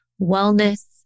wellness